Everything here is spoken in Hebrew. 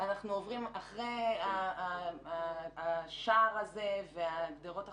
אחרי השער הזה והגדרות החשמליים,